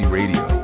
radio